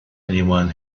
anyone